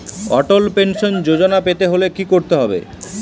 অটল pension Yojana পেতে হলে কি করতে হবে?